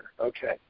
Okay